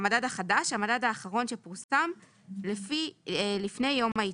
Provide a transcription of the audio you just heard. "המדד החדש" המדד האחרון שפורסם לפני יום העדכון.